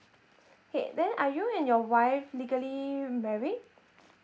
okay then are you and your wife legally married